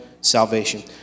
salvation